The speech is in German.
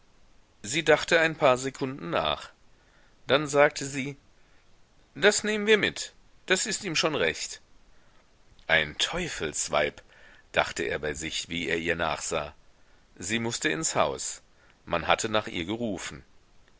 sie dachte ein paar sekunden nach dann sagte sie das nehmen wir mit das ist ihm schon recht ein teufelsweib dachte er bei sich wie er ihr nachsah sie mußte ins haus man hatte nach ihr gerufen